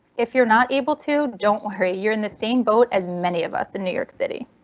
if you're not able to, don't worry you're in the same boat as many of us in new york city.